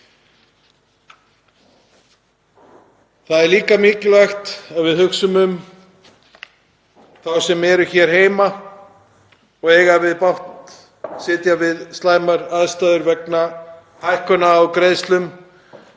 Það er líka mikilvægt að við hugsum um þá sem eru hér heima og búa við slæmar aðstæður vegna hækkunar á greiðslum,